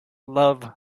love